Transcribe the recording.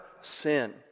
sin